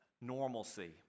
normalcy